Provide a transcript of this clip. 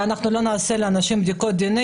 לא נעשה לאנשים בדיקות דנ"א,